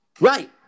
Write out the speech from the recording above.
Right